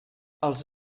els